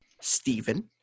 Stephen